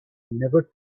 never